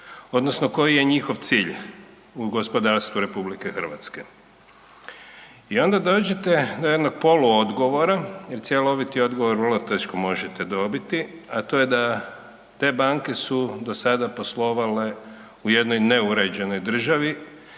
odnosno koji je njihov cilj u gospodarstvu RH? I onda dođete do jednog poluodgovora jer cjeloviti odgovor vrlo teško možete dobiti a to je da te banke su do sada poslovale u jednoj neuređenoj državi